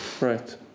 Right